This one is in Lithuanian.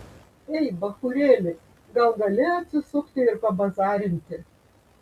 ei bachūrėli gal gali atsisukti ir pabazarinti